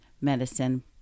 medicine